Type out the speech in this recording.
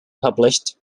published